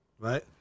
Right